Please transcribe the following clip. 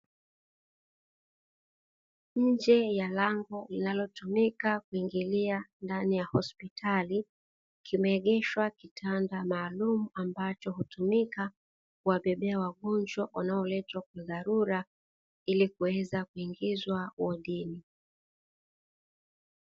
Nje ya lango linalotumika kuingilia ndani ya hospitali, kimeegeshwa kitanda maalumu ambacho hutumika kuwabebea wagonjwa wanaoletwa kwa dharura ili kuweza kuingizwa wodini.